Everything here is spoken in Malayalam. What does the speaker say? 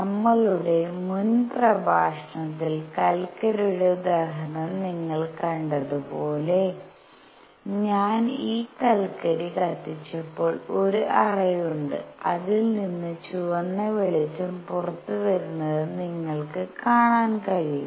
നമ്മളുടെ മുൻ പ്രഭാഷണത്തിൽ കൽക്കരിയുടെ ഉദാഹരണം നിങ്ങൾ കണ്ടതുപോലെ ഞാൻ ഈ കൽക്കരി കത്തിച്ചപ്പോൾ ഒരു അറയുണ്ട് അതിൽ നിന്ന് ചുവന്ന വെളിച്ചം പുറത്തുവരുന്നത് നിങ്ങൾക്ക് കാണാൻ കഴിയും